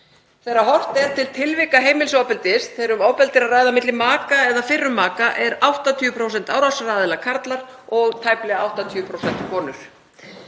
Þegar horft er til tilvika heimilisofbeldis þegar um ofbeldi er að ræða milli maka eða fyrrum maka eru 80% árásaraðila karlar og tæplega 80%